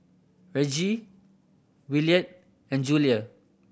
Reggie Williard and Julia